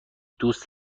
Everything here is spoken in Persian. دوست